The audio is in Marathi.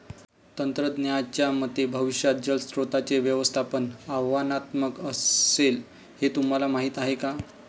तज्ज्ञांच्या मते भविष्यात जलस्रोतांचे व्यवस्थापन आव्हानात्मक असेल, हे तुम्हाला माहीत आहे का?